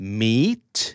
meet